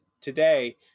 today